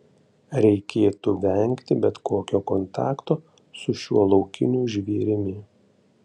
reikėtų vengti bet kokio kontakto su šiuo laukiniu žvėrimi